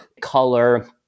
color